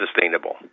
sustainable